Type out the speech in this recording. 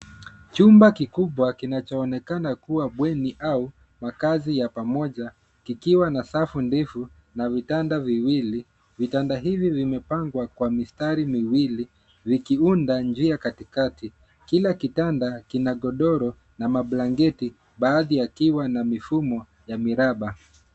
Chumba kikubwa kinachoonekana kuwa bweni au makazi ya pamoja, kikiwa na safu ndefu na vitanda viwili. Vitanda hivi, vimepangwa kwa mistari miwili, vikiunda njia katikati. Kila kitanda kina godoro na mablanketi baadhi yakiwa na mifumo ya miraba.